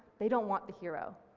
they don't want the hero.